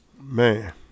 Man